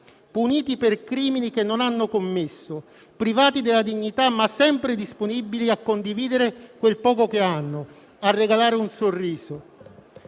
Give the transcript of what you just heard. puniti per crimini che non hanno commesso, privati della dignità, ma sempre disponibili a condividere quel poco che hanno, a regalare un sorriso.